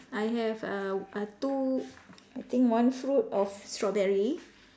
I have uh uh two I think one fruit of strawberry